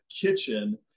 kitchen